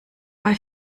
bei